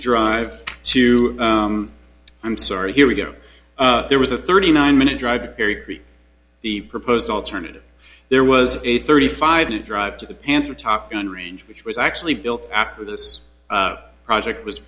have to i'm sorry here we go there was a thirty nine minute drive to bury the proposed alternative there was a thirty five minute drive to the panther top gun range which was actually built after this project was